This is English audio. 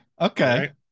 okay